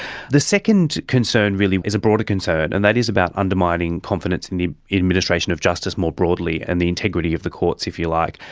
the second concern really is a broader concern, and that is about undermining confidence in the administration of justice more broadly, and the integrity of the courts, if you like,